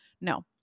No